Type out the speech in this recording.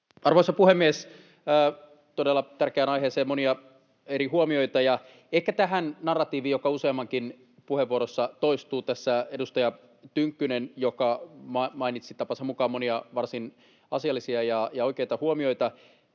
Arvoisa puhemies! Todella tärkeään aiheeseen monia eri huomioita. Ehkä tähän narratiiviin, joka useammankin puheenvuorossa toistuu: tässä edustaja Tynkkynen, joka mainitsi tapansa mukaan monia varsin asiallisia ja oikeita huomioita,